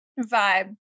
Vibe